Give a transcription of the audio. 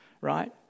right